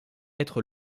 être